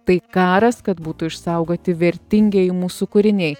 tai karas kad būtų išsaugoti vertingieji mūsų kūriniai